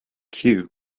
cue